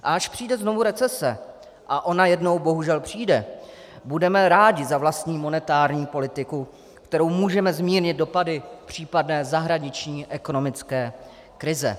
A až přijde znovu recese, a ona jednou bohužel přijde, budeme rádi za vlastní monetární politiku, kterou můžeme zmírnit dopady případné zahraniční ekonomické krize.